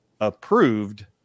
approved